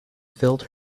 filled